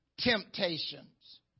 temptations